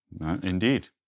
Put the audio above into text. Indeed